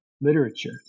literature